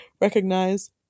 recognize